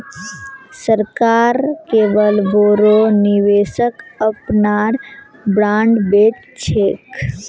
सरकार केवल बोरो निवेशक अपनार बॉन्ड बेच छेक